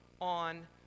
on